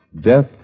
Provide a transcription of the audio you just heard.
Death